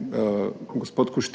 nesorazmerij